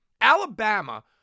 Alabama